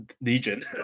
legion